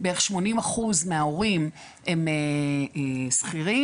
בערך 80% מההורים הם שכירים,